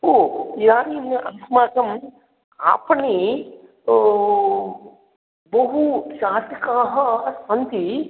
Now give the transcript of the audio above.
ओ यानि अस्माकम् आपणे ओ बहु शाटिकाः सन्ति